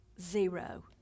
Zero